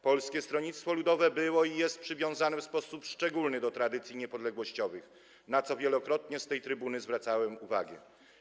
Polskie Stronnictwo Ludowe było i jest przywiązane w sposób szczególny do tradycji niepodległościowych, na co wielokrotnie z tej trybuny zwracałem uwagę.